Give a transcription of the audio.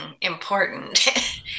important